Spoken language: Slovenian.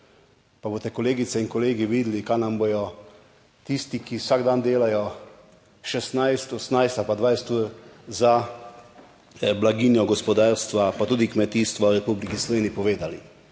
pa boste, kolegice in kolegi, videli kaj nam bodo tisti, ki vsak dan delajo 16, 18 ali pa 20 ur, za blaginjo gospodarstva, pa tudi kmetijstva v Republiki Sloveniji, povedali.